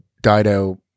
Dido